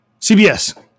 CBS